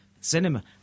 cinema